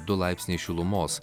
du laipsniai šilumos